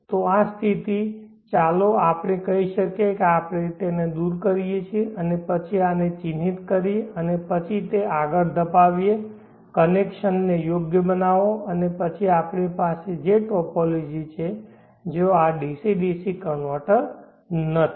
તો આ સ્થિતિ ચાલો આપણે કહીએ કે આપણે તેને દૂર કરીએ અને પછી આને ચિહ્નિત કરીએ અને પછી તે આગળ ધપાવીએ કનેક્શન્સને યોગ્ય બનાવો અને પછી આપણી પાસે ટોપોલોજી છે જ્યાં આ ડીસી ડીસી કન્વર્ટર નથી